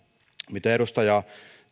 mitä edustaja